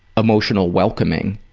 emotional welcoming,